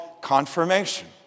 confirmation